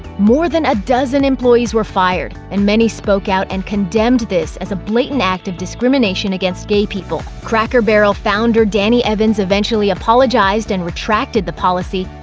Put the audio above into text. more than a dozen employees were fired, and many spoke out and comdemned this as a blatant act of discrimination against gay people. cracker barrel founder danny evins eventually apologized and retracted the policy,